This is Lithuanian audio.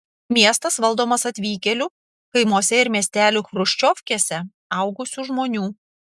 miestas valdomas atvykėlių kaimuose ir miestelių chruščiovkėse augusių žmonių